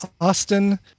Austin